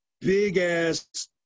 big-ass